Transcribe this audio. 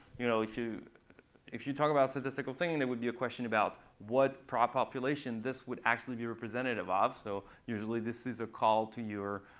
you know if you if you talk about statistical thinking, there would be a question about what population this would actually be representative of. so usually this is a call to your